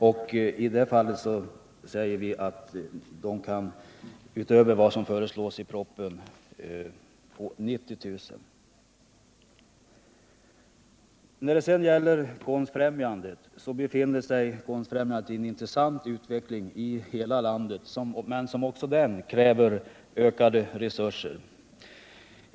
För Riksskådebanans del föreslår vi ett ökat bidrag utöver vad som föreslås i propositionen med 90 000 kr. Vad sedan gäller Konstfrämjandet befinner sig detta i en intressant utveckling inom hela landet, men också i fråga om denna verksamhet krävs ökade resurser.